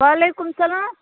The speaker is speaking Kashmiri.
وعلیکُم سلام